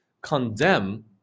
Condemn